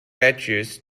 badgers